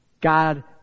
God